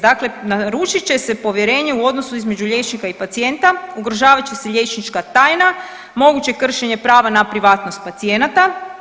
Dakle, narušit će se povjerenje u odnosu između liječnika i pacijenta, ugrožavat će se liječnička tajna, moguće kršenja prava na privatnost pacijenata.